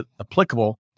applicable